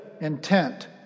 intent